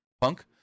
Punk